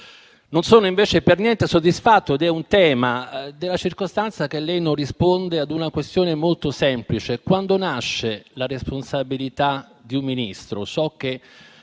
Non sono invece per niente soddisfatto della circostanza che lei non risponde a una domanda molto semplice: quando nasce la responsabilità di un Ministro?